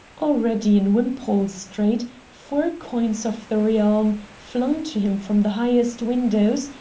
already in wimpole street four coins of the realm, flung to him from the highest windows,